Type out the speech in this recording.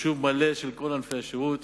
מחשוב מלא של כל ענפי השירות.